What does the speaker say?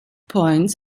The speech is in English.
points